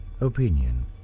opinion